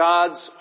God's